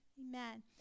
Amen